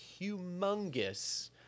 humongous